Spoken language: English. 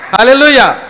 Hallelujah